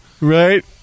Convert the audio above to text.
Right